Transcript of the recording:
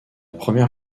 première